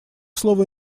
слово